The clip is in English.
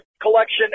collection